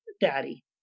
daddy